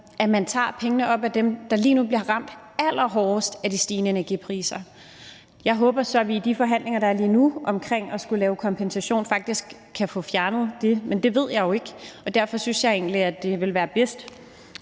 for man tager pengene fra dem, der lige nu bliver ramt allerhårdest af de stigende energipriser. Jeg håber så, at vi i de forhandlinger, der er lige nu om at lave en kompensation, faktisk kan få fjernet det, men det ved jeg jo ikke, og derfor synes jeg egentlig, at det ville være bedst